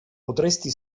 potresti